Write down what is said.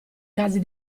casi